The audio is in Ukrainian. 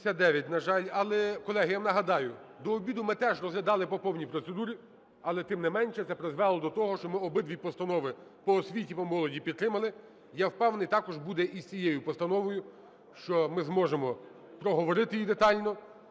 На жаль. Але, колеги, я вам нагадаю, до обіду ми теж розглядали по повній процедурі, але, тим не менше, це призвело до того, що ми обидві постанови по освіті і по молоді підтримали. Я впевнений також буде і з цією постановою, що ми зможемо проговорити її детально